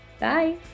Bye